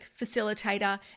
Facilitator